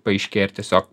paaiškėja ir tiesiog